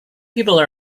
people